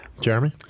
Jeremy